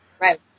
Right